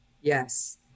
Yes